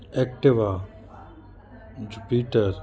Activa jupiter